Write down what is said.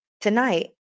tonight